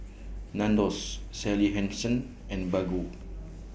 Nandos Sally Hansen and Baggu